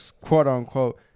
quote-unquote